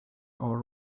are